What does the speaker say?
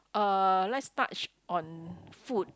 uh let's touch on food